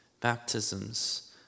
baptisms